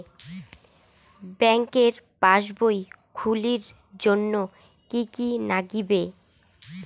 ব্যাঙ্কের পাসবই খুলির জন্যে কি কি নাগিবে?